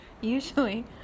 usually